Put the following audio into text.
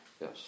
Yes